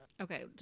Okay